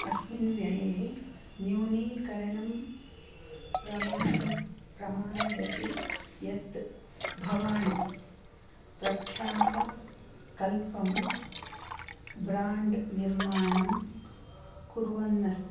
अस्मिन् व्यये न्यूनीकरणं प्रमाण प्रमाणयति यत् भवान् प्रख्यातकल्पं ब्राण्ड् निर्माणं कुर्वन् अस्ति इति